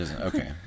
Okay